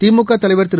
திமுக தலைவர் திரு